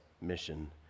mission